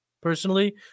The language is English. personally